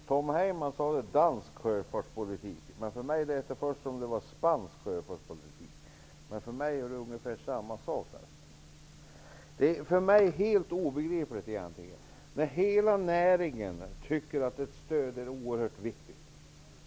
Herr talman! Tom Heyman nämnde dansk sjöfartspolitik. För mig lät det först som spansk sjöfartspolitik. Jag tycker dock att det är ungefär samma sak. Hela näringen tycker att ett stöd är oerhört viktigt.